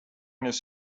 this